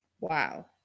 wow